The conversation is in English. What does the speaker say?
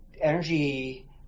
Energy